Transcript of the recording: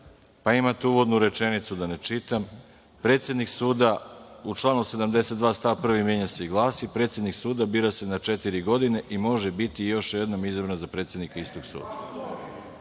pa imate uvodnu rečenicu, da ne čitam, predsednik suda u članu 72. stav 1. menja se i glasi – Predsednik suda menja se na četiri godine i može biti još jednom izabran za predsednika istog suda.